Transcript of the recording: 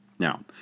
Now